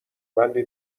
بندی